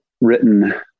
written